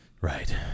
right